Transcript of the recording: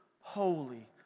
holy